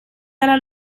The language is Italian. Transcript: dalla